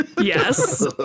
Yes